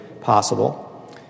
possible